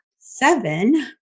Seven